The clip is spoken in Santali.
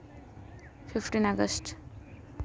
fifteen August